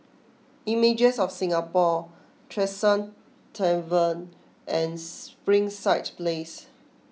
images of Singapore Tresor Tavern and Springside Place